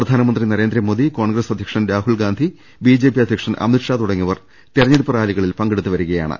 പ്രധാനമന്ത്രി നരേന്ദ്രമോദി കോൺഗ്രസ് അധൃക്ഷൻ രാഹുൽ ഗാന്ധി ബിജെപി അധ്യക്ഷൻ അമിത്ഷാ തുടങ്ങിയവർ തെരഞ്ഞെടുപ്പ് റാലികളിൽ പങ്കെടുത്തു വരികയാണ്